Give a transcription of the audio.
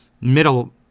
middle